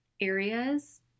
areas